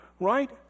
right